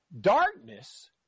Darkness